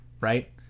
Right